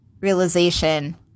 realization